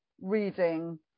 reading